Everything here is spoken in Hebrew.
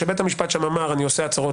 שבית המשפט שם אמר שהוא עושה הצהרות